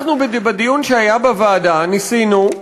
בדיון שהיה בוועדה ניסינו,